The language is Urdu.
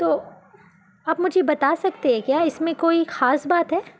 تو آپ مجھے بتا سکتے ہیں کیا اس میں کوئی خاص بات ہے